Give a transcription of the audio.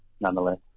nonetheless